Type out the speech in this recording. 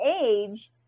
age